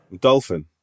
Dolphin